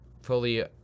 fully